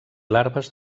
larves